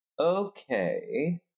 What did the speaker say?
Okay